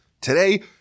today